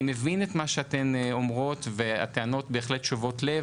אני מבין את מה שאתן אומרות והטענות בהחלט שובות לב,